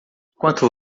quanto